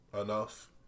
enough